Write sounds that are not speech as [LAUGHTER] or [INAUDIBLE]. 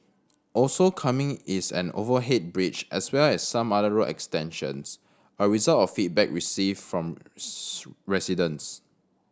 also coming is an overhead bridge as well as some other road extensions a result of feedback received from [UNINTELLIGIBLE] residents